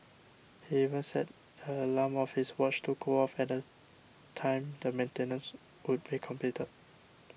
he even set the alarm of his watch to go off at the time the maintenance would be completed